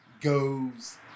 goes